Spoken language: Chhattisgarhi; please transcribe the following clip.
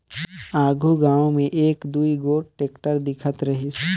आघु गाँव मे एक दुई गोट टेक्टर दिखत रहिस